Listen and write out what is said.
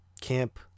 camp